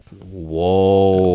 Whoa